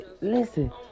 Listen